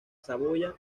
saboya